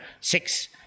six